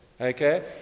Okay